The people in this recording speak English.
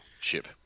ship